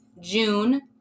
june